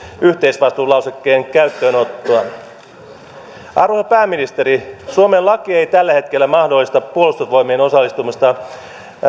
yhteisvastuulausekkeen käyttöönottoa arvoisa pääministeri suomen laki ei tällä hetkellä mahdollista puolustusvoimien osallistumista